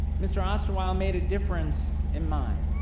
mr. osterwile made a difference in mine.